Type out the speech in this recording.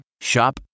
Shop